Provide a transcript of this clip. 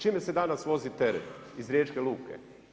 Čime se danas vozi teret iz riječke luke?